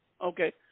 Okay